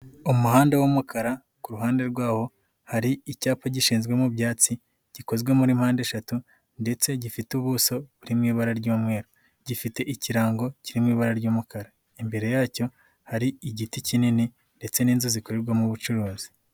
Umuhanda wumukara ku ruhande rwawo hari icyapa gishinzwe mu byatsi gikozwe muri mpande eshatu, ndetse gifite ubuso buri mu ibara ry'umweru, gifite ikirango kiri mu ibara ry'umukara, imbere yacyo hari igiti kinini ndetse n'inzu zikorerwamo ubucuruzi.